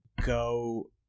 go